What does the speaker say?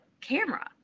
camera